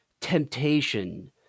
temptation